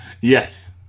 Yes